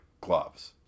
gloves